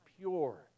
pure